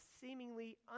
seemingly